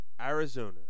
Arizona